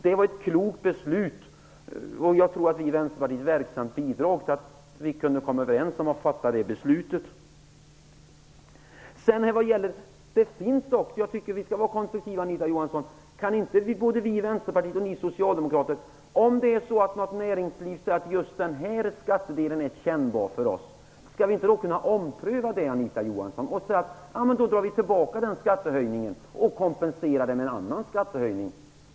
Det var ett klokt beslut, och jag tror att vi i Vänsterpartiet verksamt bidrog till att vi kunde komma överens om att fatta det beslutet. Jag tycker att vi skall vara konstruktiva, Anita Johansson. Kan inte både vi i Vänsterpartiet och ni socialdemokrater, om näringslivet säger att just den här skatten är kännbar för oss, ompröva beslutet, Anita Johansson? Vi kunde säga: Då drar vi tillbaka den skattehöjningen och kompenserar den med en annan skattehöjning.